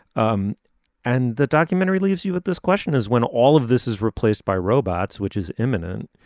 um and the documentary leaves you with this question is when all of this is replaced by robots which is imminent.